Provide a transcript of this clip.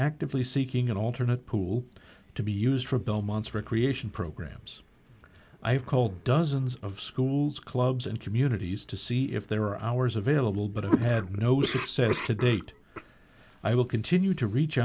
actively seeking an alternate pool to be used for belmont's recreation programs i have called dozens of schools clubs and communities to see if there are hours available but i had no success to date i will continue to reach